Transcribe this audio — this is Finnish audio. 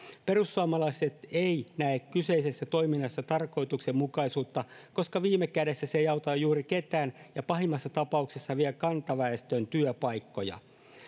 perussuomalaiset eivät näe kyseisessä toiminnassa tarkoituksenmukaisuutta koska viime kädessä se ei auta juuri ketään ja pahimmassa tapauksessa vie kantaväestön työpaikkoja